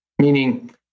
Meaning